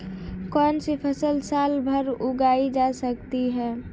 कौनसी फसल साल भर उगाई जा सकती है?